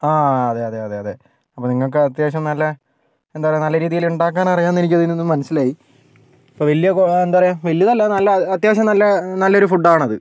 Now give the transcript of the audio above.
ആ അതെ അതെ അതെ അതെ അപ്പോൾ നിങ്ങൾക്ക് അത്യാവശ്യം നല്ല എന്താണ് പറയുക നല്ല രീതിയിൽ ഉണ്ടാക്കാൻ അറിയാം എന്നെനിക്ക് ഇതിൽ നിന്നും മനസ്സിലായി അപ്പം വലിയ എന്താണ് പറയുക വലിയതല്ല നല്ല അത്യാവശ്യം നല്ല നല്ലൊരു ഫുഡ് ആണത്